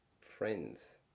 friends